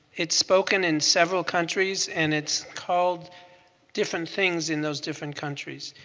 it's spoken in several countries and it's called different things in those different countries.